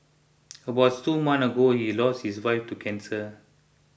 about two months ago he lost his wife to cancer